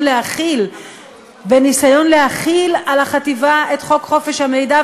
להחיל על החטיבה את חוק חופש המידע,